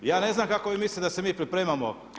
Ja ne znam kako vi mislite da se mi pripremamo.